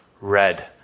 Red